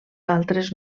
altres